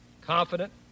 Confident